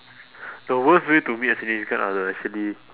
the worst way to meet a significant other actually